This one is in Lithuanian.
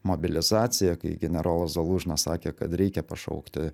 mobilizacija kai generolas zalužnas sakė kad reikia pašaukti